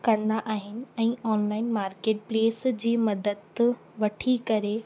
कंदा आहिनि ऐं ऑनलाइन मार्किट प्लेस जी मदद वठी करे